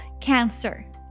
cancer